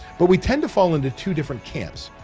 but we tend to fall into two different camps.